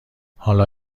حالا